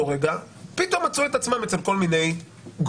רגע פתאום מצאו את עצמם אצל כל מיני גורמים,